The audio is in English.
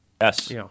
Yes